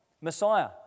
Messiah